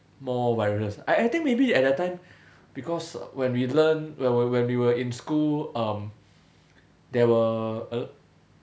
more virus I I think maybe at that time because when we learn when when we were in school um there were a